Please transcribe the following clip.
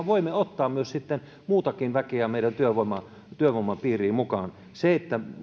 voimme ottaa myös sitten muutakin väkeä meidän työvoiman työvoiman piiriin mukaan se että